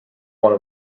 one